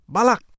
Balak